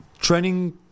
training